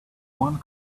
one